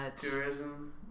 Tourism